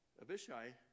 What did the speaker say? Abishai